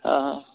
हां